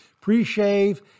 pre-shave